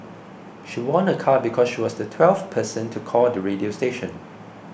she won a car because she was the twelfth person to call the radio station